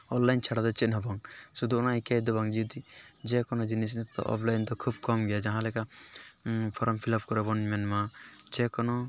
online ᱪᱷᱟᱲᱟ ᱫᱚ ᱪᱮᱫ ᱦᱚᱸ ᱵᱟᱝ ᱥᱩᱫᱩ ᱚᱱᱟ ᱮᱠᱟᱭ ᱫᱚ ᱵᱟᱝ ᱡᱩᱫᱤ ᱡᱮᱠᱳᱱᱳ ᱡᱤᱱᱤᱥ ᱱᱤᱛᱳᱜ ᱚᱯᱞᱟᱭᱤᱱ ᱛᱮᱫᱚ ᱠᱷᱩᱵ ᱠᱚᱢ ᱜᱮᱭᱟ ᱡᱟᱦᱟᱸᱞᱮᱠᱟ ᱯᱷᱨᱚᱢ ᱯᱷᱤᱞᱟᱯ ᱠᱚᱨᱮᱵᱚᱱ ᱢᱮᱱᱢᱟ ᱡᱮᱠᱚᱱᱳ